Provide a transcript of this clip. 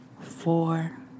four